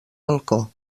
balcó